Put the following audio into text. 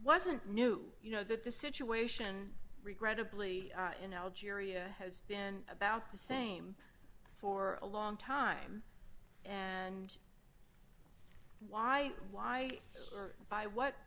wasn't new you know that the situation regrettably in algeria has been about the same for a long time and why why by what